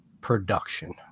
production